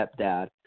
stepdad